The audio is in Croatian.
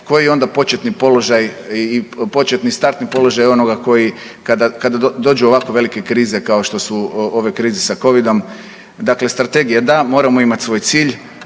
koji je onda početni položaj i početni startni položaj onoga koji kada dođe u ovako velike krize kao što su ove krize sa Covid-om? Dakle, strategija da. Moramo imati svoj cilj,